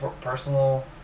personal